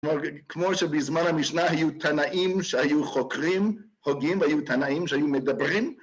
‫כלומר, כמו שבזמן המשנה ‫היו תנאים שהיו חוקרים, ‫הוגים, והיו תנאים שהיו מדברים,